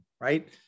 right